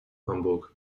hamburg